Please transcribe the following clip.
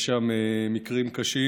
יש שם מקרים קשים,